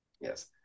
Yes